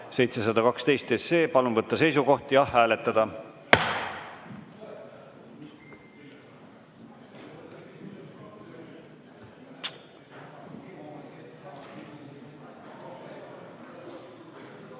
712. Palun võtta seisukoht ja hääletada!